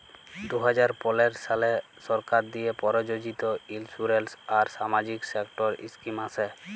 দু হাজার পলের সালে সরকার দিঁয়ে পরযোজিত ইলসুরেলস আর সামাজিক সেক্টর ইস্কিম আসে